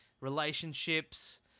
relationships